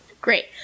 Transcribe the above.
Great